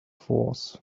force